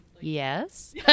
Yes